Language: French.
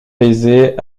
baiser